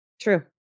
True